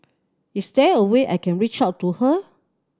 is there a way I can reach out to her